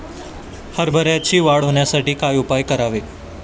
हरभऱ्याची वाढ होण्यासाठी काय उपाय करावे?